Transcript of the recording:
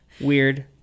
weird